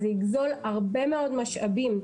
זה יגזול הרבה מאוד משאבים.